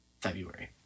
february